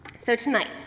so, tonight,